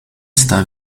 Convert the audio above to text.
está